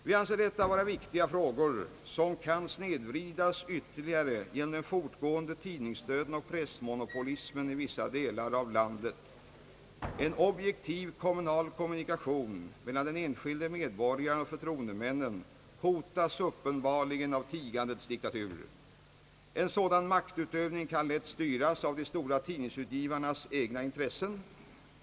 Vi anser detta vara viktiga frågor som kan snedvridas ytterligare genom den fortgående tidningsdöden och monopoliseringen av pressen i vissa delar av landet. En objektiv kommunal kommunikation mellan den enskilde medborgaren och förtroendemännen hotas uppenbarligen av tigandets diktatur. En sådan maktutövning kan lätt styras av de stora tidningsutgivarnas egna intressen.